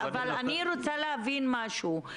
אבל אני רוצה להבין משהו.